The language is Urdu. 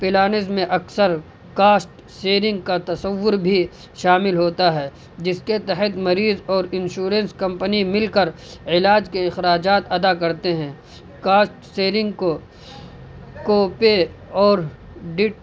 پلانز میں اکثر کاسٹ سیرنگ کا تصور بھی شامل ہوتا ہے جس کے تحت مریض اور انشورنس کمپنی مل کر علاج کے اخراجات ادا کرتے ہیں کاسٹ سیرنگ کو کوپے اور ڈٹ